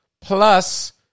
plus